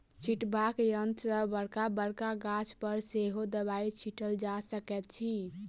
छिटबाक यंत्र सॅ बड़का बड़का गाछ पर सेहो दबाई छिटल जा सकैत अछि